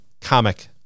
comic